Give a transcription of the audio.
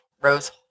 Rose